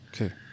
Okay